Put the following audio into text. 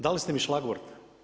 Dali ste mi šlagvort.